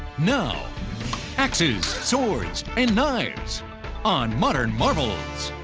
now axes swords and knives on modern marvels.